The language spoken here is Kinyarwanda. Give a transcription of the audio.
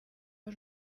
ari